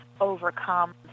overcome